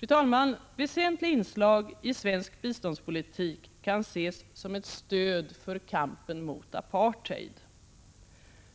Fru talman! Väsentliga inslag i svensk biståndspolitik kan ses som ett stöd för kampen mot apartheid.